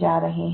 जा रहे हैं